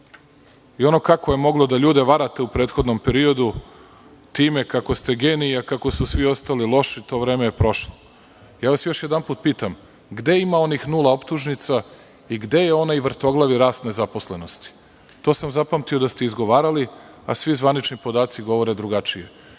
i ono kako je moglo da ljude varate u prethodnom periodu time kako ste genije, kako su svi ostali loši, to vreme je prošlo. Još jedanput vas pitam – gde ima onih nula optužnica i gde je onaj vrtoglavi rast nezaposlenosti. To sam zapamtio da ste izgovarali, a svi zvanični podaci govore drugačije.